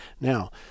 Now